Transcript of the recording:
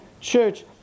church